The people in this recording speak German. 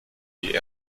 die